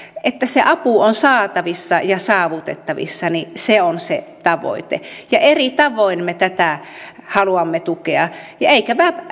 että se apu on saatavissa ja saavutettavissa on se tavoite eri tavoin me tätä haluamme tukea eivätkä